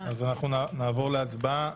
אז אנחנו נעבור להצבעה.